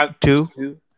two